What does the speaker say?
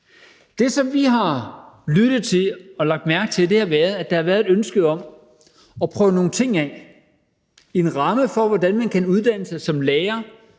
Det, som vi har lyttet til og lagt mærke til, er, at der har været et ønske om at prøve nogle ting af; en ramme for, hvordan man kan uddanne sig til lærer